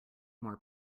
more